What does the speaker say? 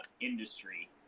industry